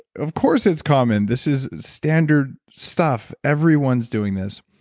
of course, it's common. this is standard stuff. everyone's doing this.